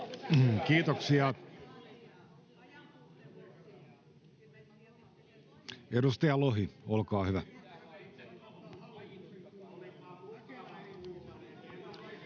Kiitoksia. — Edustaja Lohi, olkaa hyvä.